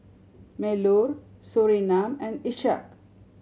Melur Surinam and Ishak